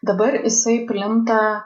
dabar jisai plinta